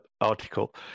article